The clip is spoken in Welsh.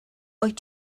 wyt